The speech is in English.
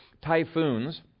typhoons